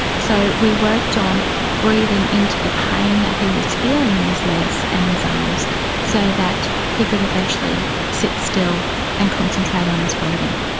so we worked on breathing into the pain that he was feeling in his legs and arms so that he could eventually sit still and concentrate on his breathing.